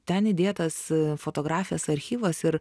ten įdėtas fotografijos archyvas ir